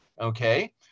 okay